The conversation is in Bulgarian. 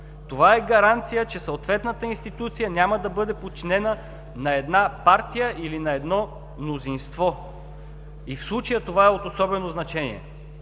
Това е гаранция, че съответната институция няма да бъде подчинена на една партия или на едно мнозинство. В случая това е от особено значение.